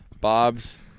Bob's